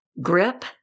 grip